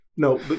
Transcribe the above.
No